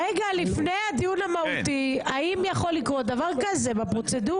לפני הדיון המהותי האם יכול לקרות דבר כזה בפרוצדורה?